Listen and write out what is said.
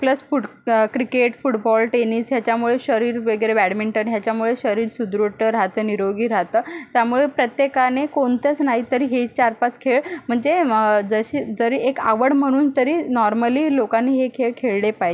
plus foot cricket football tennis ह्याच्यामुळे शरीर वगैरे बॅडमिंटन ह्याच्यामुळे शरीर सुदृढ तर राहतं निरोगी राहतं त्यामुळे प्रत्येकाने कोणतंच नाही तरी हे चारपाच खेळ म्हणजे जशी जरी एक आवड म्हणून तरी नॉर्मली लोकांनी हे खेळ खेळले पाहिजे